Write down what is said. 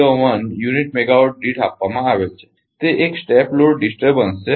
01 unit megawatt દીઠ આપવામાં આવેલ છે તે એક સ્ટેપ લોડ ડિસ્ટર્બન્સ છે